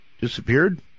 disappeared